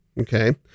okay